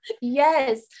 Yes